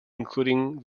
including